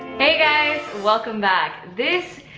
hey guys! welcome back this.